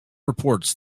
reports